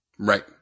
Right